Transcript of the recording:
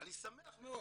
אני שמח מאוד